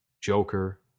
joker